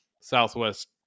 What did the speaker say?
Southwest